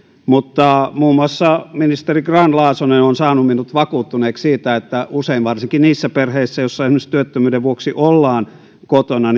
mutta muun muassa ministeri grahn laasonen on saanut minut vakuuttuneeksi siitä että usein varsinkin niissä perheissä joissa esimerkiksi työttömyyden vuoksi ollaan kotona